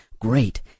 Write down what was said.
great